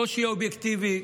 קושי אובייקטיבי,